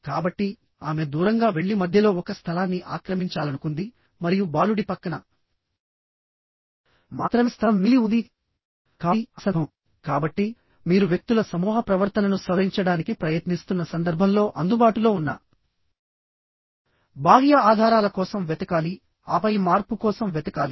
కాబట్టి ఆమె దూరంగా వెళ్లి మధ్యలో ఒక స్థలాన్ని ఆక్రమించాలనుకుంది మరియు బాలుడి పక్కన మాత్రమే స్థలం మిగిలి ఉంది కాబట్టి అది సందర్భం కాబట్టి మీరు వ్యక్తుల సమూహ ప్రవర్తనను సవరించడానికి ప్రయత్నిస్తున్న సందర్భంలో అందుబాటులో ఉన్న బాహ్య ఆధారాల కోసం వెతకాలి ఆపై మార్పు కోసం వెతకాలి